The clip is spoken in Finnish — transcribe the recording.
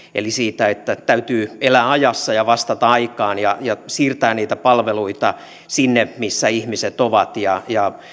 eli siitä että täytyy elää ajassa ja vastata aikaan ja ja siirtää niitä palveluita sinne missä ihmiset ovat ja